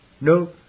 No